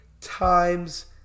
times